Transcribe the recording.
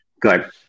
good